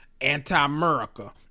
anti-America